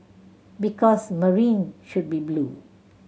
because Marine should be blue